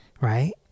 Right